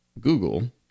Google